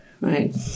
right